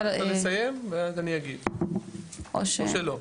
או שלא?